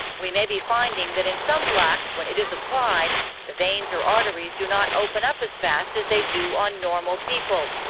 we may be finding that in some blacks when it is applied the veins or arteries do not open up as fast as they do on normal people.